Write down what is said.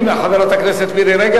חברת הכנסת מירי רגב,